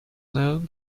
known